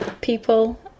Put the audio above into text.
people